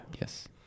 Yes